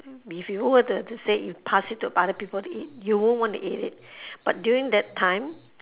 if you were to to say if pass it to other people to eat you won't want to eat it but during that time